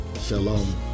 Shalom